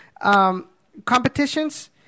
competitions